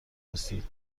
رسید